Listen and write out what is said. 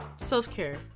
Self-care